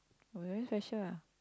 very special ah